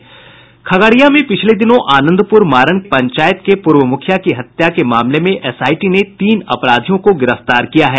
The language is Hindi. खगड़िया में पिछले दिनों आनंदप्र मारन पंचायत के पूर्व मुखिया की हत्या के मामले में एसआईटी ने तीन अपराधियों को गिरफ्तार किया है